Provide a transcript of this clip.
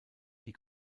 die